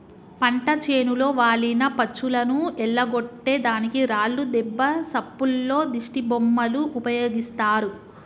పంట చేనులో వాలిన పచ్చులను ఎల్లగొట్టే దానికి రాళ్లు దెబ్బ సప్పుల్లో దిష్టిబొమ్మలు ఉపయోగిస్తారు